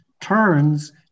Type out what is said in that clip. turns